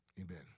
amen